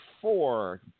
four